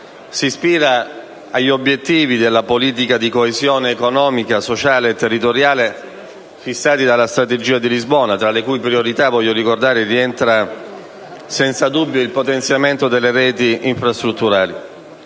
si ispira agli obiettivi della politica di coesione economica, sociale e territoriale fissati dalla Strategia di Lisbona, tra le cui priorità, voglio ricordare, rientra senza dubbio il potenziamento delle reti infrastrutturali.